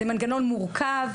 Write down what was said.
זה מנגנון מורכב.